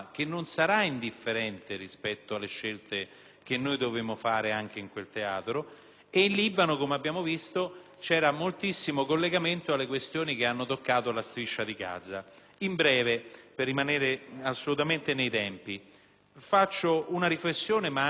c'era moltissimo collegamento alle questioni che hanno toccato la striscia di Gaza. In breve, per rimanere assolutamente nei tempi, faccio una riflessione e contemporaneamente rivolgo anche una domanda al Governo in una forma che credo sia costruttiva, anche se proviene dall'opposizione.